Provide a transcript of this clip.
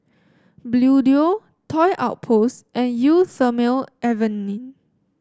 Bluedio Toy Outpost and Eau Thermale Avene